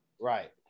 right